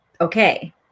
okay